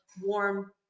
warm